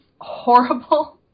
horrible